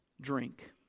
drink